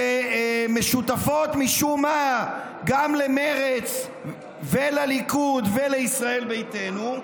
שמשותפות משום מה גם למרצ ולליכוד ולישראל ביתנו,